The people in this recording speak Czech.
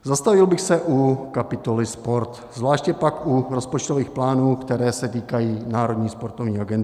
Zastavil bych se u kapitoly sport, zvláště pak u rozpočtových plánů, které se týkají Národní sportovní agentury.